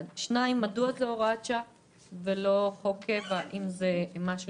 מדוע זו הוראת שעה ולא חוק קבע אם זה משהו